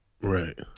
right